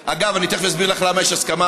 אגב, אני תכף אסביר לך למה יש הסכמה